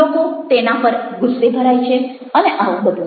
લોકો તેના પર ગુસ્સે ભરાય છે અને આવું બધું